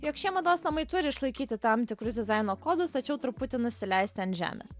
jog šie mados namai turi išlaikyti tam tikrus dizaino kodus tačiau truputį nusileisti ant žemės